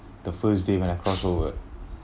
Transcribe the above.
the first day when I crossover